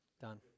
done